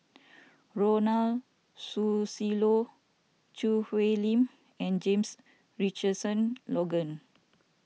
Ronald Susilo Choo Hwee Lim and James Richardson Logan